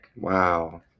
Wow